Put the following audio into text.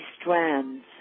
strands